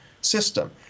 System